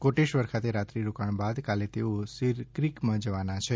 કોટેશ્વર ખાતે રાત્રિ રોકાણ બાદ કાલે તેઓ સિરક્રીકમાં જવાના છે